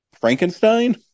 Frankenstein